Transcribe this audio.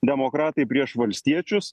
demokratai prieš valstiečius